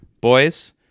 Boys